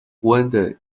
wounded